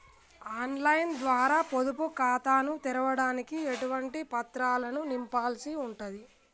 On line ద్వారా పొదుపు ఖాతాను తెరవడానికి ఎటువంటి పత్రాలను నింపాల్సి ఉంటది?